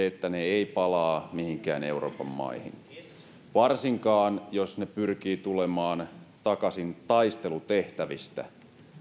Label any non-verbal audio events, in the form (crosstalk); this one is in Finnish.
(unintelligible) että he eivät palaa mihinkään euroopan maihin varsinkaan jos he pyrkivät tulemaan takaisin taistelutehtävistä